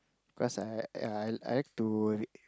cause I I I like to read